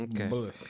Okay